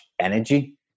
energy